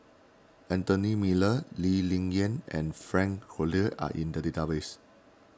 Anthony Miller Lee Ling Yen and Frank Cloutier are in the database